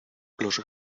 los